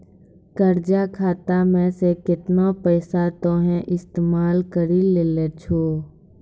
कर्जा खाता मे से केतना पैसा तोहें इस्तेमाल करि लेलें छैं